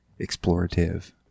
explorative